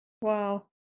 Wow